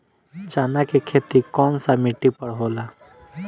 चन्ना के खेती कौन सा मिट्टी पर होला?